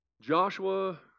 Joshua